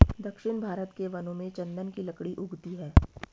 दक्षिण भारत के वनों में चन्दन की लकड़ी उगती है